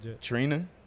Trina